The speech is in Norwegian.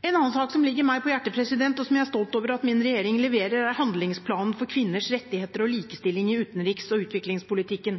En annen sak som ligger meg på hjertet, og som jeg er stolt over at min regjering leverer, er handlingsplanen for kvinners rettigheter og likestilling i